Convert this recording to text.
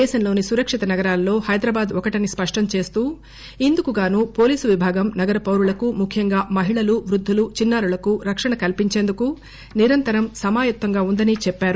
దేశంలోని సురక్షిత నగరాలలో హైదరాబాద్ ఒకటని స్పష్టం చేస్తూ ఇందుకుగాను పోలీసు విభాగం నగర పారులకు ముఖ్యంగా మహిళలు వృద్దులు చిన్నా రులకు రక్షణ కల్పించేందుకు నిరంతరం సమాయత్తంగా ఉందని చెప్పారు